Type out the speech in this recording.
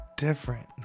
Different